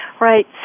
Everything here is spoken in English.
Right